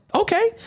Okay